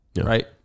right